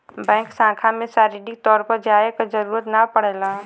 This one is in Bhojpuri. बैंक शाखा में शारीरिक तौर पर जाये क जरुरत ना पड़ेला